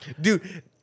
dude